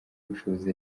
ubushobozi